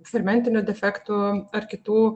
fermentinių defektų ar kitų